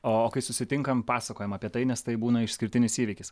o kai susitinkam pasakojam apie tai nes tai būna išskirtinis įvykis